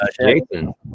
Jason